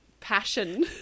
passion